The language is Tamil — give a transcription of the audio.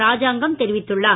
ராஜாங்கம் தெரிவித்துள்ளார்